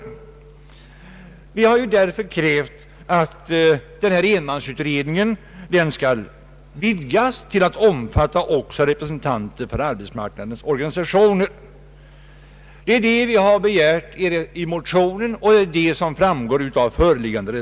Vi kräver således i motionen och i föreliggande reservation att denna enmansutredning omändras till en utredning i vilken också representanter för arbetsmarknadens organisationer får ingå. Herr talman!